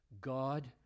God